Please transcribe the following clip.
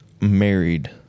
married